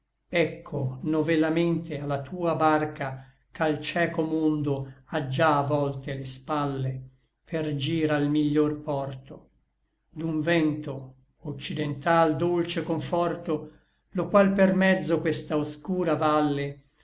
ecco novellamente a la tua barca ch'al cieco mondo ha già volte le spalle per gir al miglior porto d'un vento occidental dolce conforto lo qual per mezzo questa oscura valle